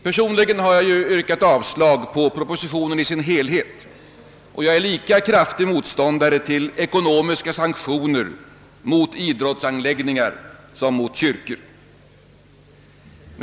Personligen har jag yrkat avslag på propositionen i dess helhet, och jag är lika stor motståndare till ekonomiska sanktioner mot idrottsanläggningar som mot kyrkor.